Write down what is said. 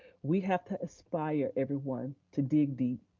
we have to aspire, everyone, to dig deep.